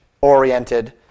oriented